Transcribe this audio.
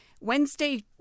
Wednesday